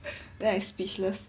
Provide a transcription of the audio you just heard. then I speechless